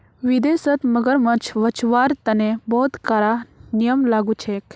विदेशत मगरमच्छ बचव्वार तने बहुते कारा नियम लागू छेक